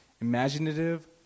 imaginative